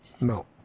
No